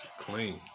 Clean